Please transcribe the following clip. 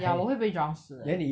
ya 我会被 drown 死的